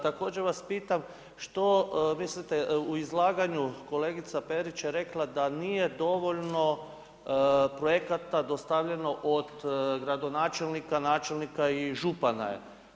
Također vas pitam što mislite o izlaganju kolegica Perić je rekla da nije dovoljno projekata dostavljeno od gradonačelnika, načelnika i župana.